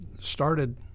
started